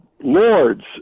Lords